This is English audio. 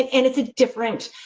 and it's a different